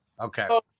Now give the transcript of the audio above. okay